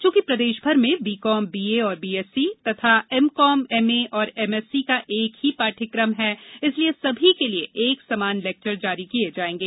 च्रंकि प्रदेशभर में बीकॉमबीए और बीएससी तथा एमकॉम एमए और एमएससी का एक ही पाढ़यक़म है इसलिए सभी के लिये एक समान लेक्चर जारी किए जाएंगे